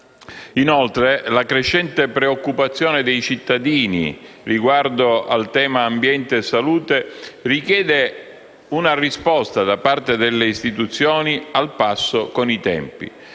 Inoltre, la crescente preoccupazione dei cittadini riguardo al tema ambiente e salute richiede una risposta da parte delle istituzioni al passo con i tempi.